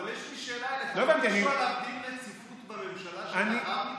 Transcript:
אבל יש לי שאלה אליך: לא ביקשו עליו דין רציפות בממשלה שלאחר מכן?